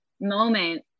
moment